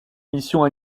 mission